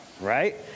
Right